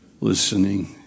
listening